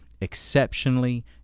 exceptionally